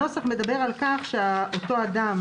הנוסח מדבר על כך שאותו אדם